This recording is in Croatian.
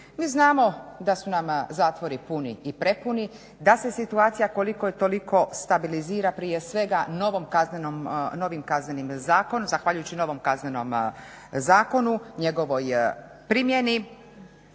Mi znamo da su nam zatvori puni i prepuni, da se situacija koliko toliko stabilizira prije svega novim Kaznenim zakonom, zahvaljujući novom Kaznenom zakonu, njegovoj primjeni